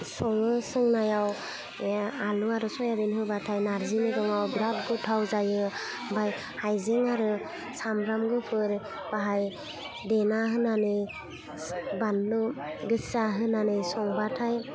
सङो संनायाव आलु आरो सयाबिन होबाथाय नारजि मेगङाव बिराद गोथाव जायो ओमफाय हायजें आरो सामब्राम गुफुर बाहाय देना होनानै बानलु गोस्सा होनानै संबाथाय